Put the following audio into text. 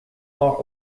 are